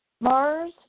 mars